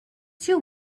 two